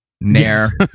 Nair